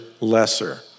lesser